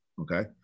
okay